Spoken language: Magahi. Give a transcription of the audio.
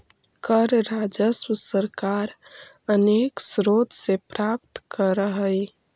कर राजस्व सरकार अनेक स्रोत से प्राप्त करऽ हई